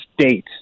State